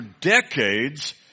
decades